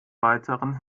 weiteren